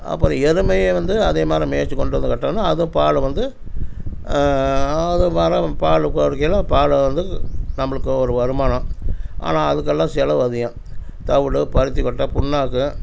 அப்புறம் எருமையை வந்து அதே மாதிரி மேய்த்து கொண்டு வந்து கட்டணும் அதுவும் பால் வந்து அது பால் கொடுக்கையில் பால் வந்து நம்மளுக்கு ஒரு வருமானம் ஆனால் அதுக்கெல்லாம் செலவு அதிகம் தவிடு பருத்திக்கொட்டை புண்ணாக்கு